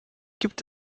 gibt